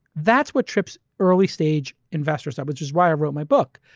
that's what trips early stage investors at which is why i wrote my book.